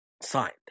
signed